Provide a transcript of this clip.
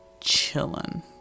chilling